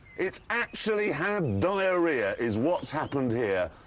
it's actually had diarrhoea, is what's happened here.